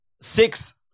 six